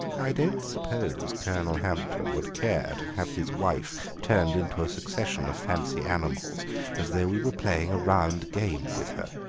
i don't suppose colonel hampton would care to have his wife turned into a succession of fancy animals as though we were playing a round game with her,